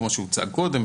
כמו שהוצג קודם,